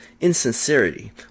insincerity